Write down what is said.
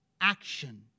action